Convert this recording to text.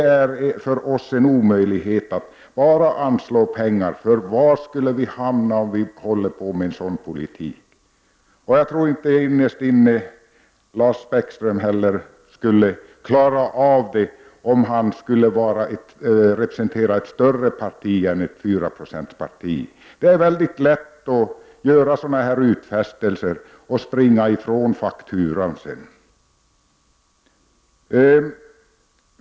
Det är för oss en omöjlighet att bara anslå pengar, för var skulle vi hamna om vi håller på med en sådan politik? Jag tror innerst inne att Lars Bäckström inte heller skulle klara av det, om han skulle representera ett större parti än ett fyraprocentsparti. Det är väldigt lätt att göra utfästelser och sedan springa ifrån fakturan.